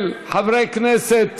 של חברי כנסת